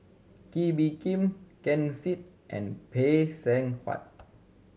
Kee Bee Khim Ken Seet and Phay Seng Whatt